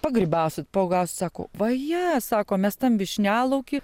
pagrybausit pauogausit sako vaje sako mes tam vyšnialauky